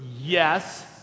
yes